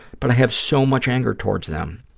but i have so much anger towards them.